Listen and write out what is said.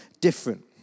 different